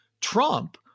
Trump